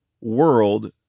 world